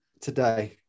today